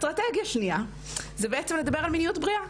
האסטרטגיה שנייה היא בעצם לדבר על מיניות בריאה.